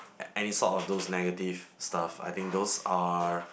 and it sort of those negative stuff I think those are